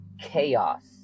chaos